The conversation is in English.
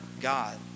God